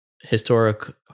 historic